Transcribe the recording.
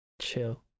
Chill